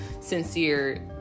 sincere